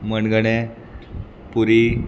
मणगणें पुरी